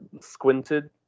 squinted